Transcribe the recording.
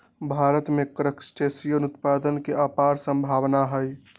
भारत में क्रस्टेशियन उत्पादन के अपार सम्भावनाएँ हई